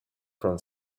from